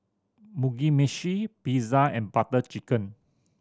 Mugi Meshi Pizza and Butter Chicken